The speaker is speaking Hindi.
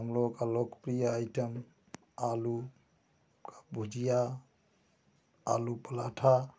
हम लोग का लोकप्रिय आइटम आलू भुजिया आलू पराठा